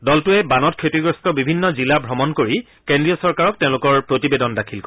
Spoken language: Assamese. দলটোৱে বানত ক্ষতিগ্ৰস্ত বিভিন্ন জিলাসমূহ ভ্ৰমণ কৰি কেন্দ্ৰীয় চৰকাৰক তেওঁলোকৰ প্ৰতিবেদন দাখিল কৰিব